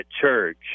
church